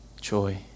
joy